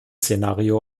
szenario